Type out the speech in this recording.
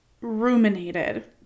ruminated